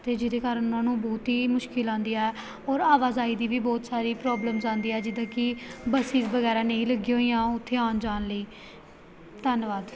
ਅਤੇ ਜਿਹਦੇ ਕਾਰਨ ਉਹਨਾਂ ਨੂੰ ਬਹੁਤ ਹੀ ਮੁਸ਼ਕਿਲ ਆਉਂਦੀ ਹੈ ਔਰ ਆਵਾਜਾਈ ਦੀ ਵੀ ਬਹੁਤ ਸਾਰੀ ਪ੍ਰੋਬਲਮਸ ਆਉਂਦੀ ਹੈ ਜਿੱਦਾਂ ਕਿ ਬੱਸਿਸ ਵਗੈਰਾ ਨਹੀਂ ਲੱਗੀਆਂ ਹੋਈਆ ਉੱਥੇ ਆਉਣ ਜਾਣ ਲਈ ਧੰਨਵਾਦ